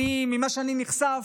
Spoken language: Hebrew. ממה שאני נחשף,